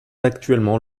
actuellement